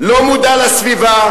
לא מודע לסביבה,